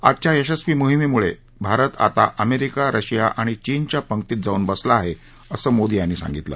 आजच्या यशस्वी मोहिमेमळं भारत आता अमेरिका रशिया आणि चीनच्या पंक्तीत जाऊन बसला आहे असं मोदी यांनी सांगितलं